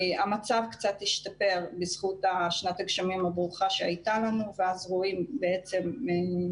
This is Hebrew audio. המצב קצת השתפר בזכות שנת הגשמים הברוכה שהייתה לנו ואז רואים בתמונה,